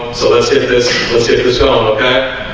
so, let's hit this. let's hit this home okay,